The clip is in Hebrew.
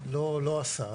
לא עשה.